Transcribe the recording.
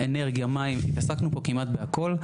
באנרגיה ובמים; עסקנו פה כמעט בהכל.